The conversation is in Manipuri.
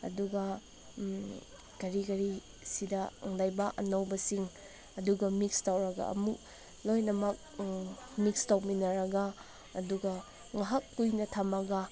ꯑꯗꯨꯒ ꯀꯔꯤ ꯀꯔꯤ ꯁꯤꯗ ꯂꯩꯕꯥꯛ ꯑꯅꯧꯕꯁꯤꯡ ꯑꯗꯨꯒ ꯃꯤꯛꯁ ꯇꯧꯔꯒ ꯑꯃꯨꯛ ꯂꯣꯏꯅꯃꯛ ꯃꯤꯛꯁ ꯇꯧꯃꯤꯟꯅꯔꯒ ꯑꯗꯨꯒ ꯉꯥꯏꯍꯥꯛ ꯀꯨꯏꯅ ꯊꯝꯃꯒ